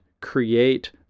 create